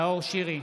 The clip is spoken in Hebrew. נאור שירי,